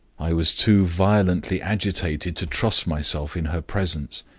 i was too violently agitated to trust myself in her presence.